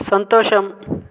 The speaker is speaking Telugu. సంతోషం